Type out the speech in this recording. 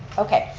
okay,